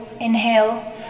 inhale